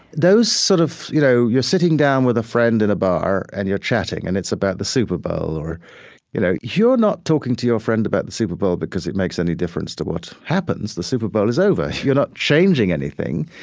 those sort of you know, you're sitting down with a friend in a bar and you're chatting and it's about the super bowl. you know you're not talking to your friend about the super bowl because it makes any difference to what happens. the super bowl is over. you're not changing anything.